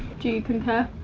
do you concur?